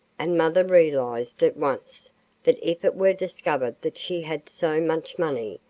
and mother realized at once that if it were discovered that she had so much money,